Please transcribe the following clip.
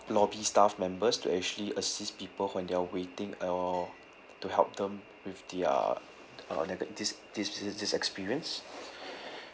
lobby staff members to actually assist people when they're waiting or to help them with the uh uh nega~ this this this this experience